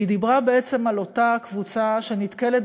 היא דיברה בעצם על אותה קבוצה שנתקלת